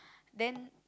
then